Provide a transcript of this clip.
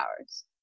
hours